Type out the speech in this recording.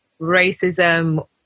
racism